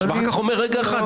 ואחר כך אומר: רגע אחד,